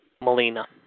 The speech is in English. Melina